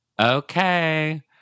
Okay